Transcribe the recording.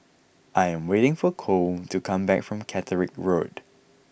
I am waiting for Kole to come back from Caterick Road